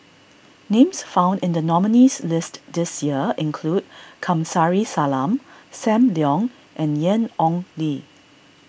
names found in the nominees' list this year include Kamsari Salam Sam Leong and Ian Ong Li